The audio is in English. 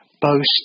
boast